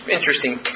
interesting